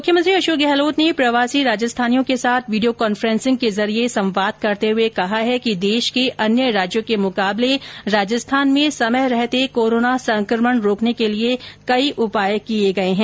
मुख्यमंत्री अशोक गहलोत ने प्रवासी राजस्थानियों के साथ वीडियो कांफेसिंग के जरिये संवाद करते हुए कहा है कि देश के अन्य राज्यों के मुकाबले राजस्थान में समय रहते कोरोना संकमण रोकने के लिए कई उपाय किये गये है